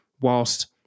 whilst